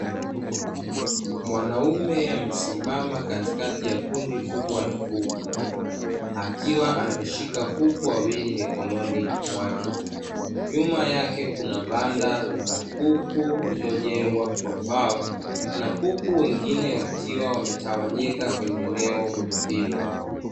Mwanaume amesimama katikati ya kundi kubwa la kuku, akiwa ameshika kuku wawili mikononi mwake. Nyuma yake kuna banda la kuku lililojengwa kwa mbao, na kuku wengine wakiwa wametawanyika kwenye eneo hilo.